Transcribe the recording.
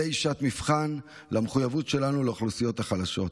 זוהי שעת מבחן למחויבות שלנו לאוכלוסיות החלשות.